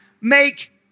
make